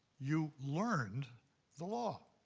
you learned the law.